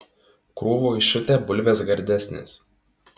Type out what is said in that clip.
krūvoj šutę bulvės gardesnės